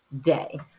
day